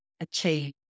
achieve